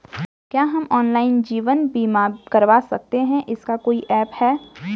क्या हम ऑनलाइन जीवन बीमा करवा सकते हैं इसका कोई ऐप है?